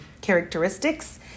characteristics